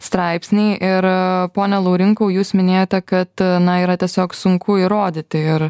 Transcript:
straipsniai ir pone laurinkau jūs minėjote kad na yra tiesiog sunku įrodyti ar